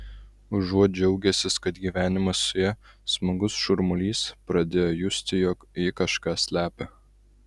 užuot džiaugęsis kad gyvenimas su ja smagus šurmulys pradėjo justi jog ji kažką slepia